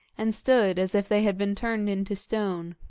and stood as if they had been turned into stone.